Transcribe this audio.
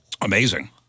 Amazing